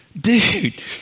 Dude